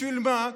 ובשביל מה?